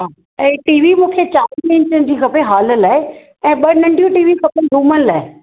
ऐं टीवी मूंखे चालीह इंचनि जी खपे हाल ला ऐं ॿ नंढियूं टीवी खपनि रुमनि लाइ